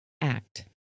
act